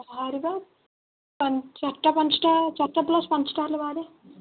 ବାହାରିବା ଚାରଟା ପାଞ୍ଚଟା ଚାରଟା ପ୍ଲସ୍ ପାଞ୍ଚଟା ହେଲେ ବାହାରିବା